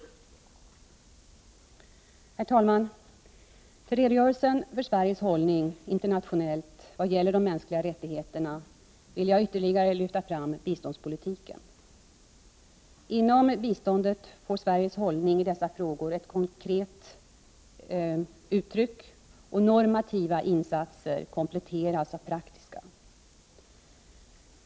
Herr talman! I redogörelsen för Sveriges hållning internationellt vad gäller de mänskliga rättigheterna vill jag ytterligare lyfta fram biståndspolitiken. Inom biståndet får Sveriges hållning i dessa frågor ett konkret uttryck, och normativa insatser kompletteras av praktiska.